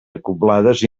acoblades